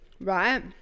right